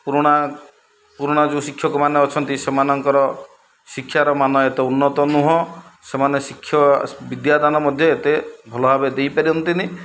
ପୁରୁଣା ପୁରୁଣା ଯେଉଁ ଶିକ୍ଷକମାନେ ଅଛନ୍ତି ସେମାନଙ୍କର ଶିକ୍ଷାର ମାନ ଏତେ ଉନ୍ନତ ନୁହଁ ସେମାନେ ଶିକ୍ଷା ବିଦ୍ୟାଦାନ ମଧ୍ୟ ଏତେ ଭଲ ଭାବେ ଦେଇପାରନ୍ତିନି